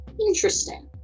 Interesting